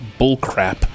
bullcrap